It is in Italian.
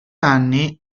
anni